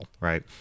right